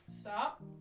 stop